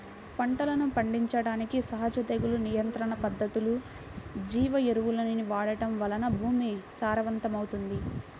పంటలను పండించడానికి సహజ తెగులు నియంత్రణ పద్ధతులు, జీవ ఎరువులను వాడటం వలన భూమి సారవంతమవుతుంది